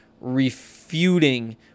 refuting